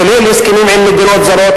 כולל הסכמים עם מדינות זרות.